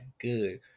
good